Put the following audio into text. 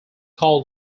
called